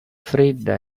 fredda